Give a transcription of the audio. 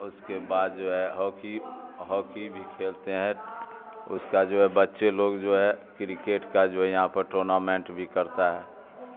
اس کے بعد جو ہے ہاکی ہاکی بھی کھیلتے ہیں اس کا جو ہے بچے لوگ جو ہے کرکٹ کا جو ہے یہاں پر ٹورنامنٹ بھی کرتا ہے